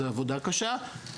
זו עבודה קשה.